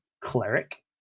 Cleric